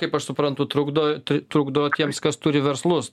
kaip aš suprantu trukdo trukdo tiems kas turi verslus